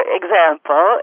example